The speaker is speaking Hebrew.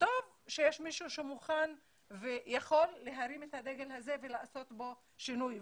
וטוב שיש מישהו שמוכן ויכול להרים את הדגל הזה ולעשות בו שינוי.